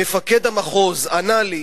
מפקד המחוז ענה לי